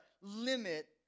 limit